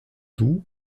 doux